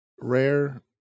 rare